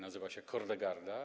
Nazywa się Kordegarda.